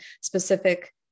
specific